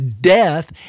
death